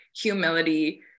humility